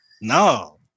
no